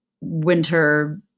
winter